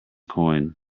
coin